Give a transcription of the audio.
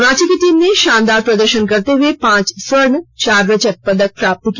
रांची की टीम ने शानदार प्रदर्शन करते हुए पांच स्वर्ण चार रजत पदक प्राप्त किया